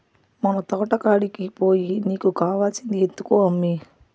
మన తోటకాడికి పోయి నీకు కావాల్సింది ఎత్తుకో అమ్మీ